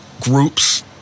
groups